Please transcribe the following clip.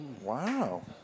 Wow